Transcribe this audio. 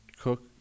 cook